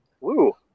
Woo